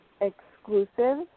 exclusive